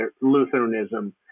Lutheranism